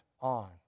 on